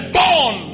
born